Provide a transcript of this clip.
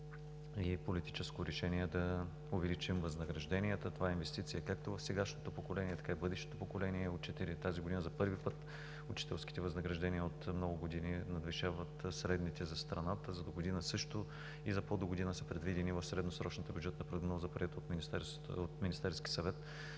и политическо решение да увеличим възнагражденията. Това е инвестиция както в сегашното, така и в бъдещото поколение учители. Тази година за първи път учителските възнаграждения от много години надвишават средните за страната. За догодина и за пó догодина също са предвидени в средносрочната бюджетна прогноза, приета от Министерския съвет,